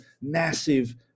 massive